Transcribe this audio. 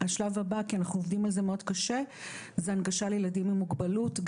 השלב הבא שאנחנו עובדים עליו מאוד קשה זו הנגשה לילדים עם מוגבלות.